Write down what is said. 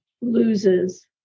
loses